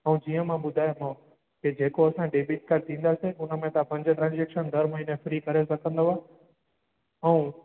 ऐं जीअं मां ॿुधायोमांव की जेको असां डेबिट काड ॾींदासीं उनमें तव्हां पंज ट्रांज़ेक्शन हर महीने फ्री करे सघंदव ऐं